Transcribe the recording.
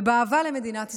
ובאהבה למדינת ישראל.